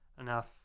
enough